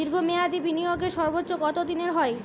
দীর্ঘ মেয়াদি বিনিয়োগের সর্বোচ্চ কত দিনের হয়?